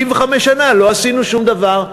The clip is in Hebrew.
65 שנה לא עשינו שום דבר.